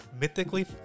Mythically